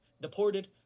deported